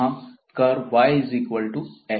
जहाँ कर्वyfx है